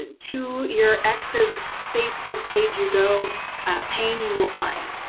to your ex's facebook page you go pain you will find.